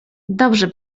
dobrze